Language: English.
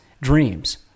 dreams